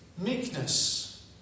meekness